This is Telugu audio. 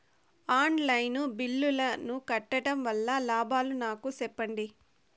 ఆన్ లైను బిల్లుల ను కట్టడం వల్ల లాభాలు నాకు సెప్పండి?